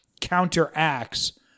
counteracts